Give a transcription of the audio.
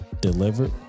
delivered